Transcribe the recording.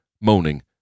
moaning